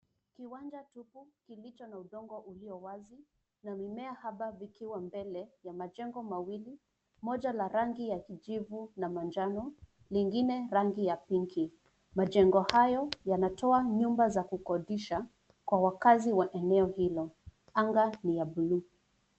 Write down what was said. Kiwanja kubwa kilicho na udongo ulio wazi na mimea haba vikiwa mbele ya majengo mawili moja la rangi ya kijivu na manjano, lingie rangi ya pinki. Majengo hayo yanatoa nyumba za kukodisha kwa wakaazi wa eneo hili, anga ni ya buluu.